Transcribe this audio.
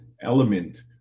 element